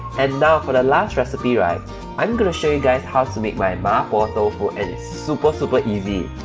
and now for the last recipe right i'm gonna show you guys how to make my mapo tofu and it's super super so but easy